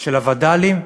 של הווד"לים,